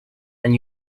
and